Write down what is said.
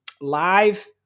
live